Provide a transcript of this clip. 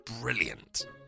brilliant